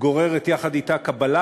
גוררת יחד אתה קבלה,